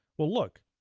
well look,